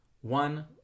one